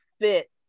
fit